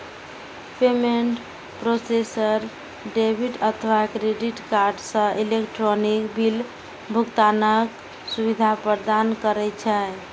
payment processor debit अथवा credit card सं electronic bill भुगतानक सुविधा प्रदान करै छै